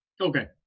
Okay